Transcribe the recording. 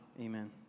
Amen